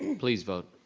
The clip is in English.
and please vote.